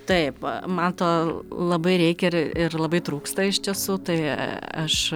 taip man to labai reikia ir ir labai trūksta iš tiesų tai aš